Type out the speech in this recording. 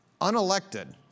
unelected